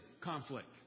conflict